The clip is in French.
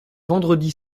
vendredi